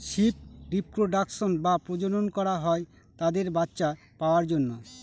sheep reproduction বা প্রজনন করা হয় তাদের বাচ্চা পাওয়ার জন্য